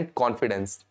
confidence